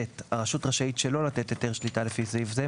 (ב) הרשות רשאית שלא לתת היתר שליטה לפי סעיף זה,